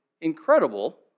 incredible